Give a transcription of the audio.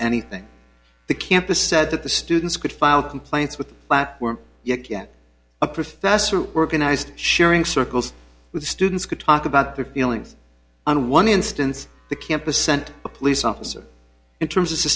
anything the campus said that the students could file complaints with were you can a professor organized sharing circles with students could talk about their feelings on one instance the campus sent a police officer in terms of